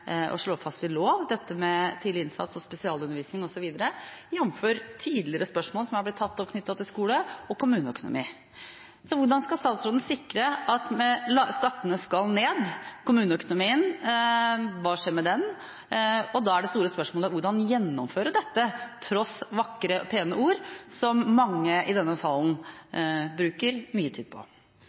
å slå fast i lov dette med tidlig innsats og spesialundervisning osv., jf. tidligere spørsmål som er blitt tatt opp knyttet til skole og kommuneøkonomi. Så hvordan skal statsråden sikre at skattene skal ned? Og kommuneøkonomien, hva skjer med den? Det store spørsmålet er: Hvordan gjennomføre dette, tross vakre og pene ord, som mange i denne salen bruker mye tid på?